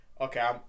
okay